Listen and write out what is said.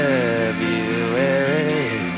February